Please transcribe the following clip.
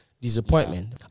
disappointment